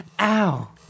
Ow